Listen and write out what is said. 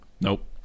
Nope